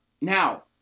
now